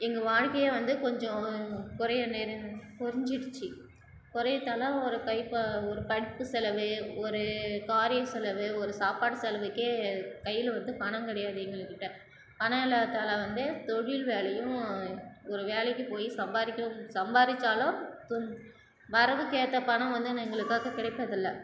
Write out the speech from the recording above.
எங்கள் வாழ்க்கையே வந்து கொஞ்சம் குறைய நேரி குறைஞ்சிடுச்சி குறையுறதால ஒரு படிப்பை ஒரு படிப்பு செலவு ஒரு காரியம் செலவு ஒரு சாப்பாடு செலவுக்கே கையில் வந்து பணம் கிடையாது எங்கக்கிட்ட பணம் இல்லாததனால் வந்து தொழில் வேலையும் ஒரு வேலைக்கு போய் சம்பாரிக்கிற சம்பாதிச்சாலும் வரவுக்கேற்ற பணம் வந்து எங்களுக்காக கிடைப்பதில்ல